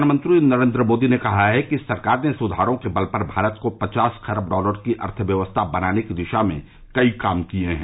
प्रधानमंत्री नरेन्द्र मोदी ने कहा है कि सरकार ने सुधारों के बल पर भारत को पचास खरब डॉलर की अर्थव्यवस्था बनने की दिशा में कई काम किए हैं